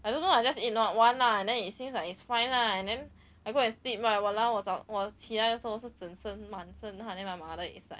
I don't know lah just eat not one lah and then it seems like it's fine lah and then I go and sleep lah !walao! 我找我起来的时候是整身满身汗 then my mother is like